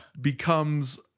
becomes